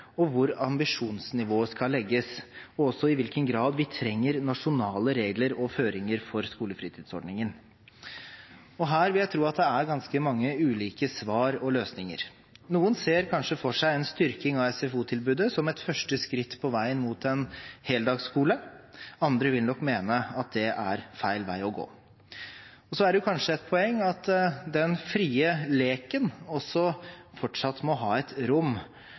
hvor ambisjonsnivået skal legges, og også i hvilken grad vi trenger nasjonale regler og føringer for skolefritidsordningen. Her vil jeg tro at det er ganske mange ulike svar og løsninger. Noen ser kanskje for seg en styrking av SFO-tilbudet som et første skritt på veien mot en heldagsskole, andre vil nok mene at det er feil vei å gå. Så er det kanskje et poeng at den frie leken fortsatt må ha et rom